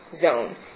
zone